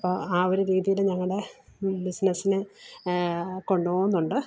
അപ്പോള് ആ ഒരു രീതിയില് ഞങ്ങളുടെ ബിസ്നസിനെ കൊണ്ടുപോവുന്നുണ്ട്